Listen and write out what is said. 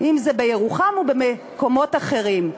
אם בירוחם או במקומות אחרים.